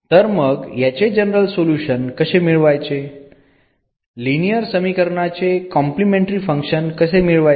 तर मग याचे जनरल सोल्युशन कसे मिळवायचे लीनियर समीकरणाचे कॉम्प्लिमेंटरी फंक्शन कसे मिळवायचे